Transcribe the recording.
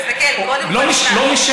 שנה, לא משנה.